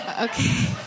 Okay